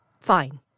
Fine